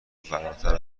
فراتر